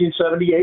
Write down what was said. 1978